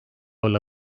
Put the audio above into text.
olla